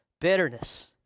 bitterness